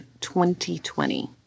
2020